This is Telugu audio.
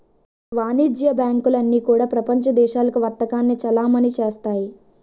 వాణిజ్య బ్యాంకులు అన్నీ కూడా ప్రపంచ దేశాలకు వర్తకాన్ని చలామణి చేస్తాయి